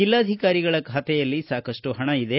ಜಿಲ್ಲಾಧಿಕಾರಿಗಳ ಖಾತೆಯಲ್ಲಿ ಸಾಕಷ್ಟು ಪಣ ಇದೆ